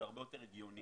זה הרבה יותר הגיוני.